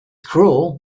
cruel